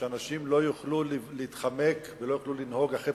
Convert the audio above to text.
שאנשים לא יוכלו להתחמק ולא יוכלו לנהוג אחרי